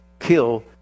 kill